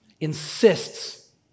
insists